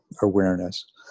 awareness